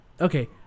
okay